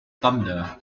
thunder